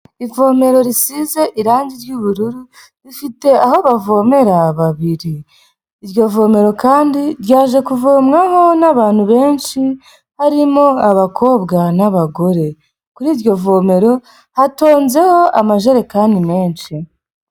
Ivomero risize irangi ry'ubururu, rifite aho bavomera babiri, iryo vomero kandi ryaje kuvomwaho n'abantu benshi, harimo abakobwa n'abagore, kuri iryo vomero hatunzeho amajerekani menshi.